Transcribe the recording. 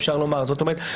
זאת אומרת,